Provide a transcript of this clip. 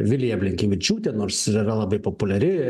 vilija blinkevičiūtė nors yra labai populiari